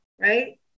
Right